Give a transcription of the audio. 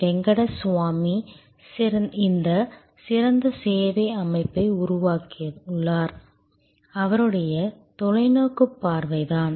வெங்கடசுவாமி இந்த சிறந்த சேவை அமைப்பை உருவாக்கியது அவருடைய தொலைநோக்குப் பார்வைதான்